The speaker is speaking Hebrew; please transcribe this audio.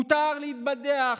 מותר להתבדח.